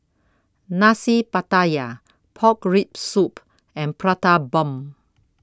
Nasi Pattaya Pork Rib Soup and Prata Bomb